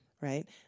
Right